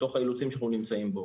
בתוך האילוצים שאנחנו נמצאים בהם.